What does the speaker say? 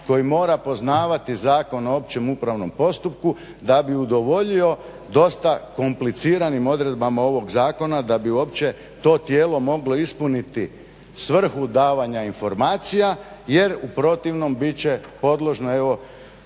koji mora poznavati Zakon o općem upravnom postupku da bi udovoljio dosta kompliciranim odredbama ovog zakona, da bi uopće to tijelo moglo ispuniti svrhu davanja informacija. Jer u protivnom bit će podložno